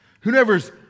Whoever's